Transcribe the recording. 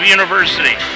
University